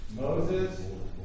Moses